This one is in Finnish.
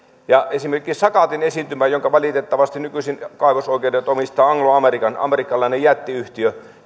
esimerkiksi sakatin esiintymä jonka kaivosoikeudet valitettavasti nykyisin omistaa anglo american jättiyhtiö